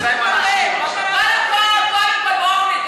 אדוני היושב-ראש,